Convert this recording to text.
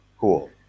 Cool